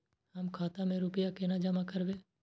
हम खाता में रूपया केना जमा करबे?